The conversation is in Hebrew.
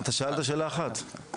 אתה שאלת שאלה אחת.